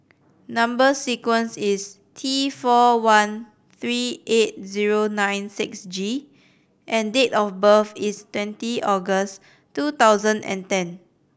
number sequence is T four one three eight zero nine six G and date of birth is twenty August two thousand and ten